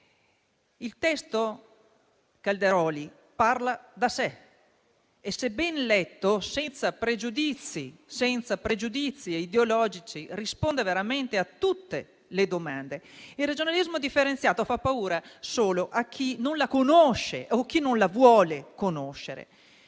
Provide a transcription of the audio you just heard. ministro Calderoli parla da sé e se ben letto, senza pregiudizi ideologici, risponde veramente a tutte le domande. Il regionalismo differenziato fa paura solo a chi non lo conosce o a chi non lo vuole conoscere.